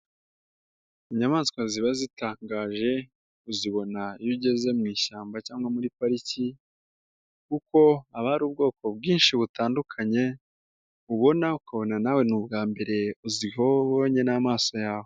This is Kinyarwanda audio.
Inyamaswa ziba zitangaje uzibona iyo ugeze mu ishyamba cyangwa muri pariki kuko haba hari ubwoko bwinshi butandukanye ubona ukubona nawe ni ubwa mbere uzibonye n'amaso yawe.